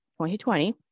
2020